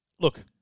Look